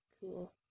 cool